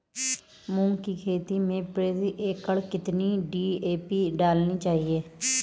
मूंग की खेती में प्रति एकड़ कितनी डी.ए.पी डालनी चाहिए?